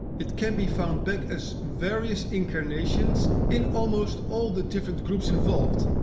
it can be found back as various incarnations in almost all the different groups involved.